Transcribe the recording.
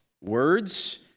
words